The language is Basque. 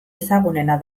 ezagunena